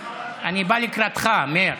מאיר, אני בא לקראתך, מאיר.